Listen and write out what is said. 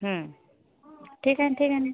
ठीक आहे ना ठीक आहे ना